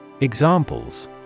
Examples